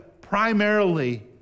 primarily